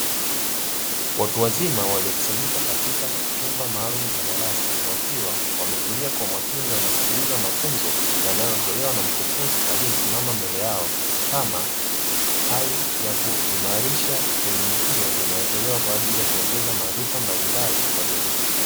Watu wazima waliokusanyika katika chumba maalumu cha darasa, wakiwa wametulia kwa umakini wanasikiliza mafunzo yanayotolewa na mkufunzi aliyesimama mbele yao, kama hali ya kuimarisha elimu hiyo inayotolewa kwaajili ya kuongeza maarifa mbalimbali kwa jamii.